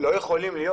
לא יכולים להיות.